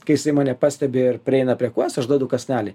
kai jisai mane pastebi ir prieina prie kojos aš duodu kąsnelį